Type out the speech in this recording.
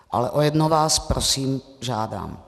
Ale o jedno vás prosím, žádám.